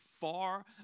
far